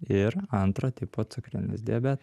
ir antro tipo cukrinis diabetas